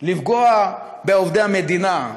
לפגוע בעובדי המדינה,